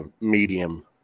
Medium